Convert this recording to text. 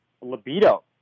libido